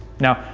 now,